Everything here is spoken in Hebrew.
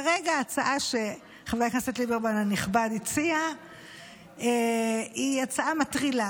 כרגע ההצעה שחבר הכנסת ליברמן הנכבד הציע היא הצעה מטרילה,